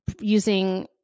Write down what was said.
using